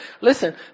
Listen